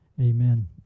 Amen